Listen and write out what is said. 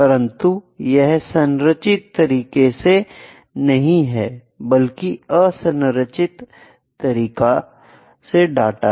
परंतु यह संरचित तरीके से नहीं है बल्कि यह है असंरचित डाटा है